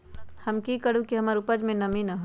हम की करू की हमर उपज में नमी न होए?